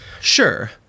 Sure